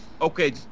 Okay